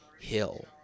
Hill